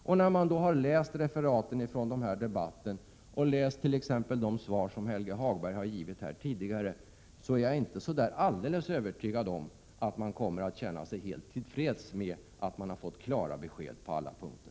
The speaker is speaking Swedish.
Jag är inte alldeles övertygad om att man kommer att känna att man har fått klara besked när man har läst referaten från denna debatt, t.ex. de svar som Helge Hagberg har givit här.